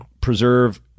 preserve